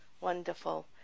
wonderful